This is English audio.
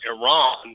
Iran